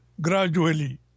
gradually